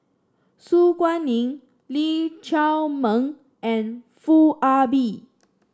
Su Guaning Lee Chiaw Meng and Foo Ah Bee